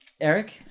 Eric